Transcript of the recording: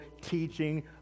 teaching